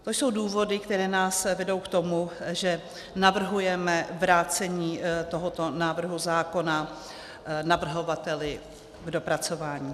To jsou důvody, které nás vedou k tomu, že navrhujeme vrácení tohoto návrhu zákona navrhovateli k dopracování.